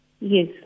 Yes